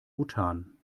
bhutan